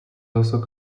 also